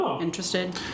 interested